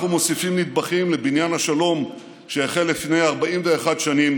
אנחנו מוסיפים נדבכים לבניין השלום שהחל לפני 41 שנים